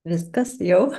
viskas jau